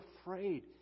afraid